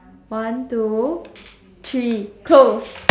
one two three close